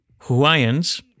Hawaiians